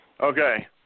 Okay